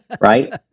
right